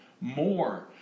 more